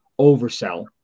oversell